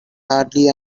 hardly